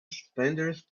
suspenders